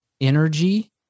energy